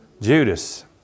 Judas